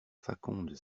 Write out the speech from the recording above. faconde